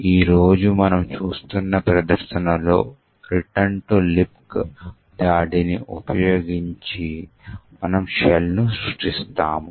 ఈ రోజు మనం చూస్తున్న ప్రదర్శనలో రిటర్న్ టు లిబ్క్ దాడిని ఉపయోగించి మనము షెల్ను సృష్టిస్తాము